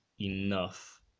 enough